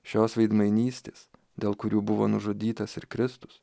šios veidmainystės dėl kurių buvo nužudytas ir kristus